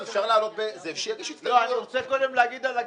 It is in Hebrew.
לא, קודם אני רוצה להגיד על הגמ"חים.